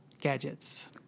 Gadgets